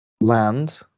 land